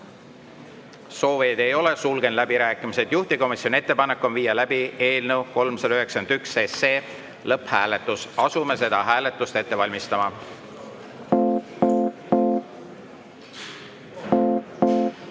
Soovijaid ei ole, sulgen läbirääkimised. Juhtivkomisjoni ettepanek on viia läbi eelnõu 391 lõpphääletus. Asume hääletust ette valmistama.